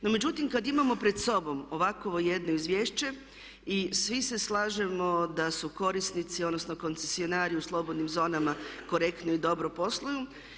No međutim, kad imamo pred sobom ovakvo jedno izvješće i svi se slažemo da su korisnici odnosno koncesionari u slobodnim zonama korektno i dobro posluju.